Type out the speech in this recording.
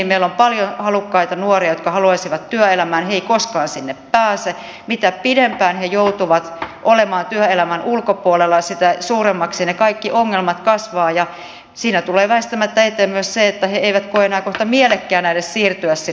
meillä on paljon halukkaita nuoria jotka haluaisivat työelämään he eivät koskaan sinne pääse ja mitä pidempään he joutuvat olemaan työelämän ulkopuolella sitä suuremmaksi ne kaikki ongelmat kasvavat ja siinä tulee väistämättä eteen myös se että he eivät koe enää kohta mielekkäänä edes siirtyä sinne työelämään